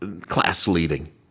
class-leading